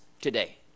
today